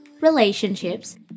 relationships